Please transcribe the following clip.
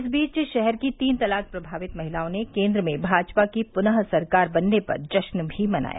इस बीच शहर की तीन तलाक प्रभावित महिलाओं ने केन्द्र में भाजपा की पुनः सरकार बनने पर जश्न भी मनाया